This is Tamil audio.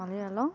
மலையாளம்